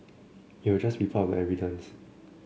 it will just be part of the evidence